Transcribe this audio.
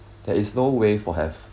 there is no way for have